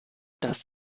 das